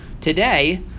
Today